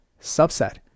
subset